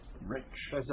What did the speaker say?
rich